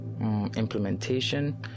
implementation